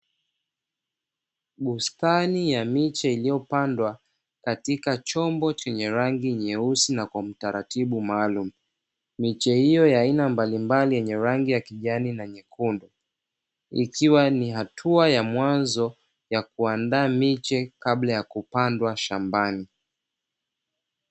Bustani ya miche iliyopandwa katika chombo chenye rangi nyeusi na kwa utaratibu maalumu. Miche hiyo ya aina mbalimbali yenye rangi ya kijani na nyekundu, ikiwa ni hatua ya mwanzo ya kuandaa miche kabla ya kupandwa shambani.